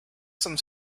some